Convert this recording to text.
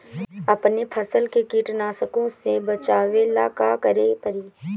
अपने फसल के कीटनाशको से बचावेला का करे परी?